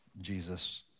Jesus